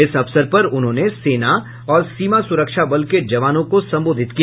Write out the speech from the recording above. इस अवसर पर उन्होंने सेना और सीमा सुरक्षाबल के जवानों को संबोधित किया